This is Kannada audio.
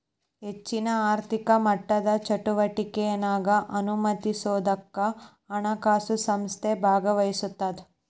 ಹೆಚ್ಚಿನ ಆರ್ಥಿಕ ಮಟ್ಟದ ಚಟುವಟಿಕೆನಾ ಅನುಮತಿಸೋದಕ್ಕ ಹಣಕಾಸು ಸಂಸ್ಥೆ ಭಾಗವಹಿಸತ್ತ